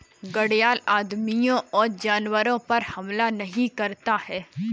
घड़ियाल आदमियों और जानवरों पर हमला नहीं करता है